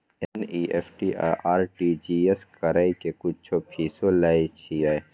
NEFT आ RTGS करै के कुछो फीसो लय छियै?